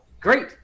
Great